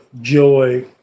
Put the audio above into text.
joy